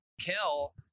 kill